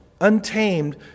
untamed